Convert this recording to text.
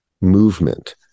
movement